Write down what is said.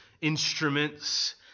instruments